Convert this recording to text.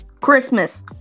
Christmas